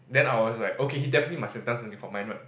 then I was like okay he definitely must have done something for mine right